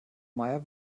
meier